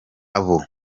abo